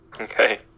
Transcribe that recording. Okay